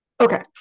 Okay